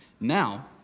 Now